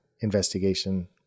investigation